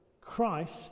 Christ